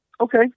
Okay